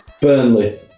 Burnley